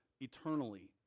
eternally